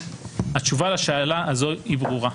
התשובה לשאלה זו הינה ברורה.